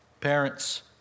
parents